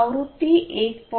आवृत्ती 1